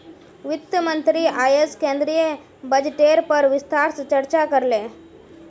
वित्त मंत्री अयेज केंद्रीय बजटेर पर विस्तार से चर्चा करले